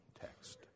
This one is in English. text